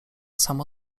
samo